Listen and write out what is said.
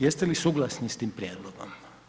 Jeste li suglasni s tim prijedlogom?